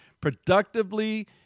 productively